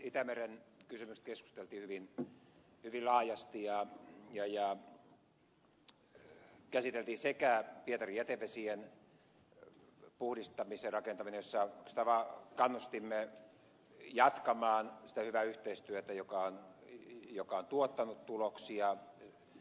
itämeren kysymyksistä keskusteltiin hyvin laajasti ja käsiteltiin myös pietarin jätevesien puhdistamisen rakentamista jossa oikeastaan vaan kannustimme jatkamaan sitä hyvää yhteistyötä joka on tuottanut tuloksia